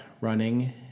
running